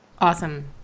Awesome